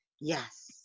Yes